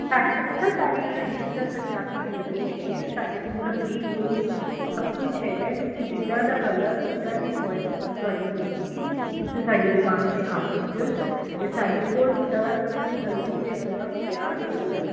ਸਾਡੀ ਪਤਾ ਸਾਰੀ ਟਰਡੀਸ਼ਨਲ ਪੰਜਾਬੀ ਜਿਊਲਰੀ ਹੈਗੀ ਹੈ ਸਾਡੇ ਕੋਲ ਸੱਗੀ ਫੁੱਲ ਸਭ ਕੁਛ ਹੈਗਾ ਤੁਸੀਂ ਜਿੱਦਾਂ ਦਾ ਕਲਰ ਜਿੱਦਾਂ ਦੀ ਚੋਇਸ ਤੁਹਾਡੀ ਹੋਵੇਗੀ ਤੁਸੀਂ ਸਾਡੀ ਦੁਕਾਨ 'ਤੇ ਆ ਸਕਦੇ ਹੋ ਅਤੇ ਸਾਡੇ ਕੋਲ ਤਰ੍ਹਾਂ ਦੇ ਹਲਦੀ ਦੇ ਅਲੱਗ ਵਿਆਹ ਦੇ ਅਲੱਗ